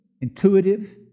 intuitive